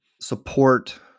support